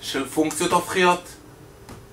של פונקציות הופכיות.